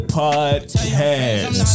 podcast